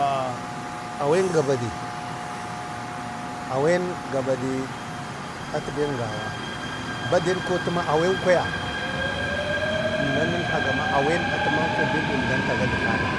A awen ga bade awen ga bade atə ben gawa, baden kotu ma awen kwaya əmdan əlhaga ma atəmanko ben əmdan tagago də kalan.